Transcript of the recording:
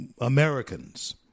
Americans